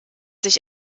sich